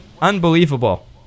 Unbelievable